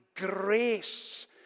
grace